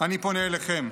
אני פונה אליכם.